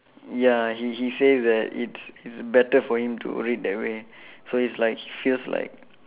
ya he he says that it's it's better for him to read that way so he's like he feels like